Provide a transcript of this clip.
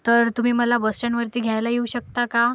तर तुमी मला बसस्टँडवरती घ्यायला येऊ शकता का